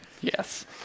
Yes